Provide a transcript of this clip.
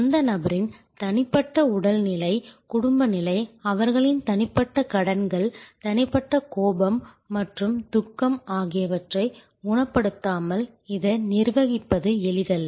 அந்த நபரின் தனிப்பட்ட உடல்நிலை குடும்ப நிலை அவர்களின் தனிப்பட்ட கடன்கள் தனிப்பட்ட கோபம் மற்றும் துக்கம் ஆகியவற்றைக் குணப்படுத்தாமல் இதை நிர்வகிப்பது எளிதல்ல